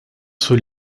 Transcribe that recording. sur